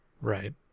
Right